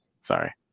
Sorry